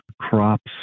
crops